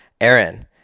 Aaron